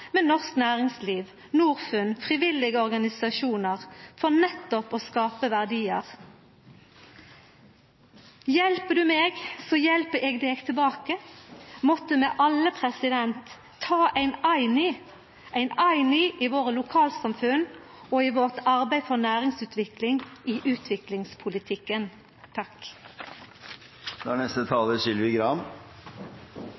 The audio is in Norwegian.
med norsk næringsliv, Norfund og frivillige organisasjonar for nettopp å skapa verdiar. Hjelper du meg, så hjelper eg deg tilbake – måtte vi alle ta ein Ayni, ein Ayni i våre lokalsamfunn og i vårt arbeid for næringsutvikling i utviklingspolitikken.